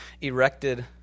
erected